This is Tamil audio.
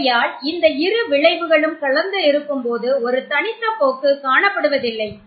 ஆகையால் இந்த இரு விளைவுகளும் கலந்து இருக்கும்போது ஒரு தனித்த போக்கு காணப்படுவதில்லை